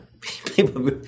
people